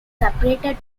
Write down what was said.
separated